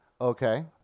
Okay